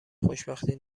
خوشبختی